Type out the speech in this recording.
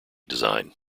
design